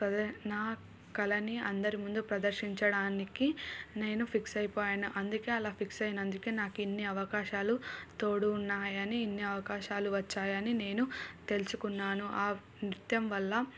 అదే నా కళని అందరి ముందు ప్రదర్శించడానికి నేను ఫిక్స్ అయిపోయాను అందుకే అలా ఫిక్స్ అయినందుకే నాకిన్ని అవకాశాలు తోడు ఉన్నాయని ఇన్ని అవకాశాలు వచ్చాయని నేను తెలుసుకున్నాను ఆ నృత్యం వల్ల